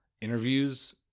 interviews